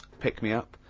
pick-me-up.